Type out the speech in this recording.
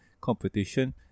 competition